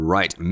Right